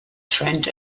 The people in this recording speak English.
trent